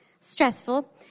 Stressful